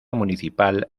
municipal